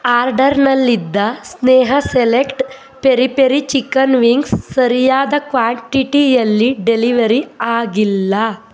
ಆರ್ಡರ್ನಲ್ಲಿದ್ದ ಸ್ನೇಹ select peri peri chicken wings ಸರಿಯಾದ ಕ್ವಾಂಟಿಟಿಯಲ್ಲಿ ಡೆಲಿವರಿ ಆಗಿಲ್ಲ